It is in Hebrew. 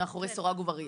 מאחורי סורג ובריח.